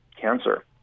cancer